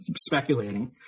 speculating